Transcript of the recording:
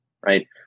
right